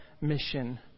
mission